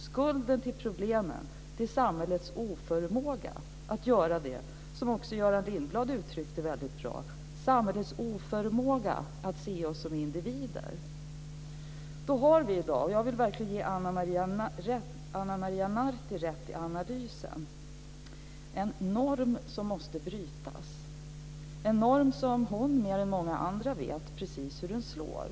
Skulden till problemen är samhällets oförmåga att göra det som också Göran Lindblad uttryckte bra, nämligen samhällets oförmåga att se oss som individer. Jag vill verkligen ge Ana Maria Narti rätt i hennes analys. Det är fråga om en norm som måste brytas. Det är en norm som hon, mer än många andra, vet precis hur den slår.